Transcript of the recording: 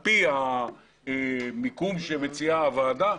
על פי המיקום שמציעה הוועדה,